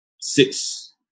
six